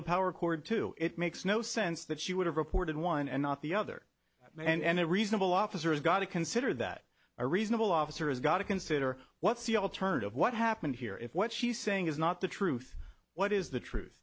the power cord to it makes no sense that she would have reported one and not the other and the reasonable officer has got to consider that a reasonable officer has got to consider what's the alternative what happened here if what she's saying is not the truth what is the truth